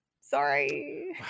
Sorry